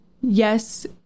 yes